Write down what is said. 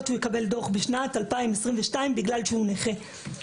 שהוא יקבל דוח בשנת 2022 בגלל שהוא נכה.